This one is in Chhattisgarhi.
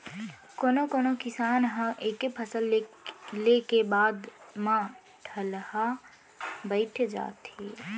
कोनो कोनो किसान ह एके फसल ले के बाद म ठलहा बइठ जाथे